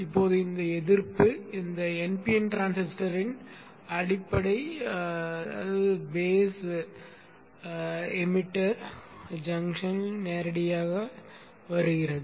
இப்போது இந்த எதிர்ப்பு இந்த npn டிரான்சிஸ்டரின் அடிப்படை உமிழ்ப்பான் சந்திப்பில் நேரடியாக வருகிறது